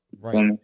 right